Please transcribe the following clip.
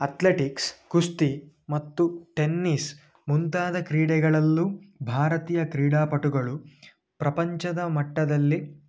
athletics ಕುಸ್ತಿ ಮತ್ತು tennis ಮುಂತಾದ ಕ್ರೀಡೆಗಳಲ್ಲೂ ಭಾರತೀಯ ಕ್ರೀಡಾಪಟುಗಳು ಪ್ರಪಂಚದ ಮಟ್ಟದಲ್ಲಿ